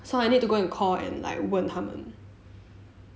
so I need to go and call and like 问他们